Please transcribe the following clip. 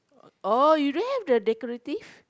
oh you don't have the decorative